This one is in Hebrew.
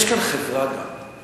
יש כאן חברה, גם.